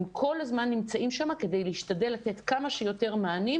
הם כל הזמן נמצאים שם כדי להשתדל לתת כמה שיותר מענים